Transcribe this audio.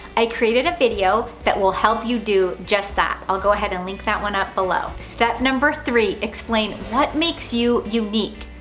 i created a video that will help you do just that. i'll go ahead and link that video up below. step number three explain what makes you unique.